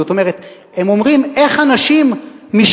זאת אומרת, הם אומרים: איך אנשים משלנו,